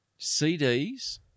CDs